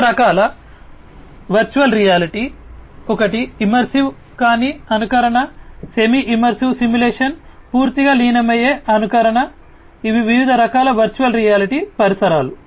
వివిధ రకాల virtual reality ఒకటి ఇమ్మర్సివ్ కాని అనుకరణ సెమీ ఇమ్మర్సివ్ సిమ్యులేషన్ పూర్తిగా లీనమయ్యే అనుకరణ ఇవి వివిధ రకాల వర్చువల్ రియాలిటీ పరిసరాలు